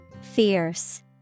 Fierce